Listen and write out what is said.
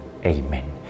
Amen